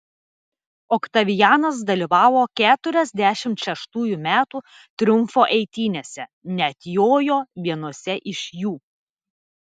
oktavianas dalyvavo keturiasdešimt šeštųjų metų triumfo eitynėse net jojo vienose iš jų